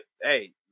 hey